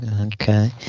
Okay